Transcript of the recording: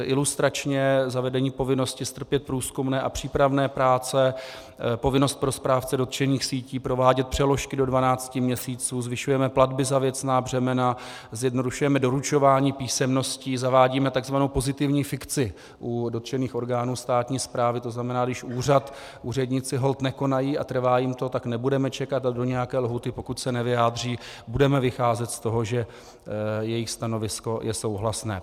Ilustračně zavedení povinnosti strpět průzkumné a přípravné práce, povinnost pro správce dotčených sítí provádět přeložky do 12 měsíců, zvyšujeme platby za věcná břemena, zjednodušujeme doručování písemností, zavádíme tzv. pozitivní fikci u dotčených orgánů státní správy, to znamená, když úřad, úředníci holt nekonají a trvá jim to, tak nebudeme čekat a do nějaké lhůty, pokud se nevyjádří, budeme vycházet z toho, že jejich stanovisko je souhlasné.